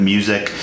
Music